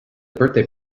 birthday